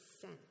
sent